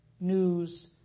news